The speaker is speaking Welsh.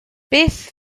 beth